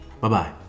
Bye-bye